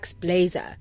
blazer